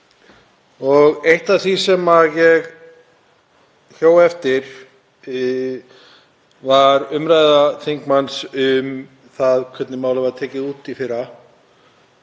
Eitt af því sem ég hjó eftir var umræða þingmanns um það hvernig málið var tekið út í fyrra